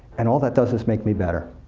and all that does this make me better,